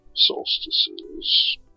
solstices